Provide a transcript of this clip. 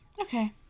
okay